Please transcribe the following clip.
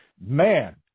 man